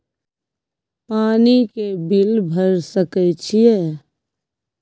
पानी के बिल भर सके छियै?